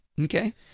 okay